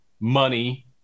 money